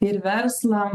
ir verslam